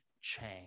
change